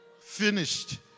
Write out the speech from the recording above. Finished